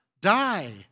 die